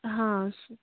ہاں